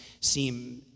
seem